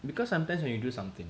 because sometimes when you do something